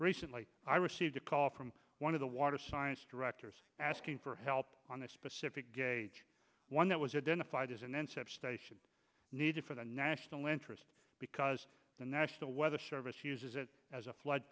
recently i received a call from one of the water science directors asking for help on a specific gauge one that was identified as and then said station needed for the national interest because the national weather service uses it as a flood